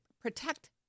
protect